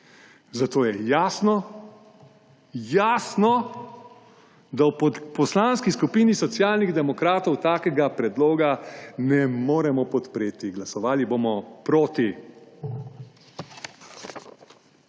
Zato je jasno jasno, da v Poslanski skupini Socialnih demokratov takega predloga ne moremo podpreti. Glasovali bomo proti.